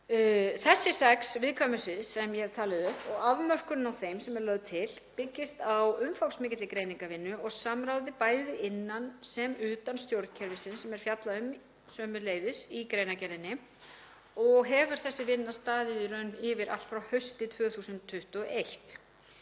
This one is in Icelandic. Þessi sex viðkvæmu svæði sem ég hef talið upp og afmörkunin á þeim sem er lögð til byggist á umfangsmikilli greiningarvinnu og samráði bæði innan sem utan stjórnkerfisins, sem er fjallað um sömuleiðis í greinargerðinni, og hefur þessi vinna í raun staðið yfir allt frá hausti 2021.